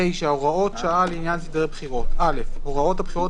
הוראות שעה לעניין סדרי בחירות 9. (א)הוראות הבחירות